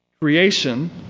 Creation